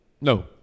no